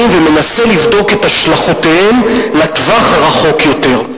ומנסה לבדוק את השלכותיהם לטווח הארוך יותר.